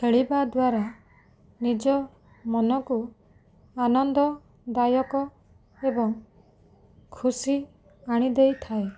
ଖେଳିବାଦ୍ୱାରା ନିଜ ମନକୁ ଆନନ୍ଦଦାୟକ ଏବଂ ଖୁସି ଆଣି ଦେଇଥାଏ